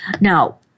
Now